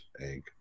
egg